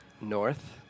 north